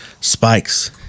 Spikes